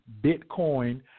Bitcoin